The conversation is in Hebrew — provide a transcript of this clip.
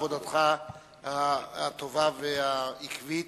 אני גם מודה לך על עבודתך הטובה והעקבית,